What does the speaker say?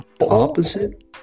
Opposite